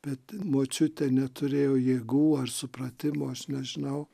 bet močiutė neturėjo jėgų ar supratimo aš nežinau